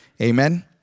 Amen